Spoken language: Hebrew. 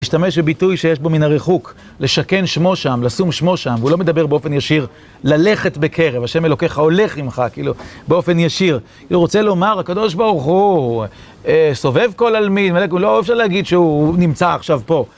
משתמש בביטוי שיש בו מן הריחוק, לשכן שמו שם, לשום שמו שם, והוא לא מדבר באופן ישיר, ללכת בקרב, השם אלוקיך הולך עמך, כאילו, באופן ישיר. הוא רוצה לומר, הקדוש ברוך הוא, סובב כל עלמין, ולא אפשר להגיד שהוא נמצא עכשיו פה.